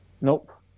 Nope